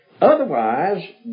Otherwise